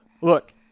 look